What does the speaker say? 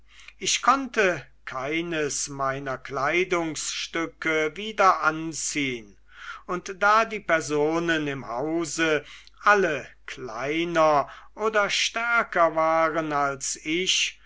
ich konnte keines meiner kleidungsstücke wieder anziehn und da die personen im hause alle kleiner oder stärker waren als ich